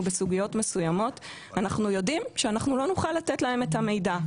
בסוגיות מסוימות אנחנו יודעים שאנחנו לא נוכל לתת להם את המידע.